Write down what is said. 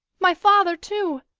my father, too!